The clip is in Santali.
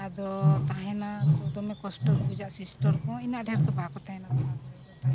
ᱟᱫᱚ ᱛᱟᱦᱮᱱᱟ ᱛᱚ ᱫᱚᱢᱮ ᱠᱚᱥᱴᱚ ᱜᱮ ᱵᱩᱡᱷᱟᱹᱜᱼᱟ ᱥᱤᱥᱴᱟᱨ ᱠᱚᱦᱚᱸ ᱤᱱᱟᱹᱜ ᱰᱷᱮᱨ ᱫᱚ ᱵᱟᱠᱚ ᱛᱟᱦᱮᱱᱟ ᱛᱷᱚᱲᱟ ᱛᱷᱚᱲᱟ ᱜᱮᱠᱚ ᱛᱟᱦᱮᱱᱟ